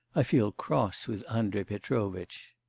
i feel cross with andrei petrovitch.